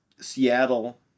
Seattle